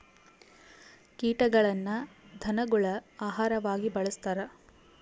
ಕೀಟಗಳನ್ನ ಧನಗುಳ ಆಹಾರವಾಗಿ ಬಳಸ್ತಾರ